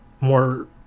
more